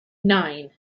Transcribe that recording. nine